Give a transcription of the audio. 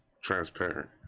transparent